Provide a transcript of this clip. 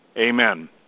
Amen